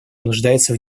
нуждается